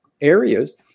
areas